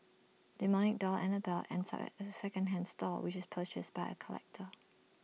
demonic doll Annabelle ends up at A second hand store where IT is purchased by A collector